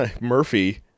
murphy